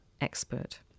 expert